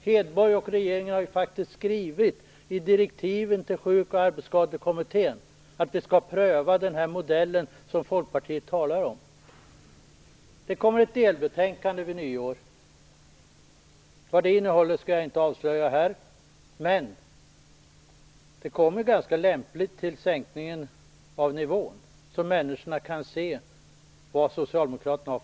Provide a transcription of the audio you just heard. Anna Hedborg och regeringen skriver faktiskt i direktiven till Sjuk och arbetsskadekommittén att den modell skall prövas som Folkpartiet talar om. Vid nyår kommer ett delbetänkande. Vad det innehåller skall jag inte avslöja här, men det kommer ganska lämpligt i förhållande till sänkningen av nivån. Människor kan då se vilken åsikt Socialdemokraterna har.